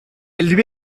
lui